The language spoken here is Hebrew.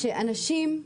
שאנשים,